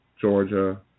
Georgia